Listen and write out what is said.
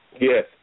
Yes